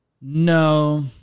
No